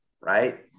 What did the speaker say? Right